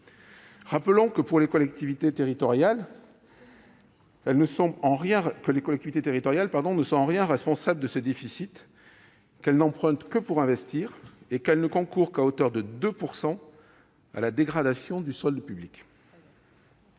publiques. Les collectivités territoriales ne sont en rien responsables de ce déficit. Elles n'empruntent que pour investir et ne concourent qu'à hauteur de 2 % à la dégradation du solde public.